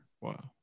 Wow